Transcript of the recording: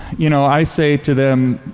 you know, i say to them,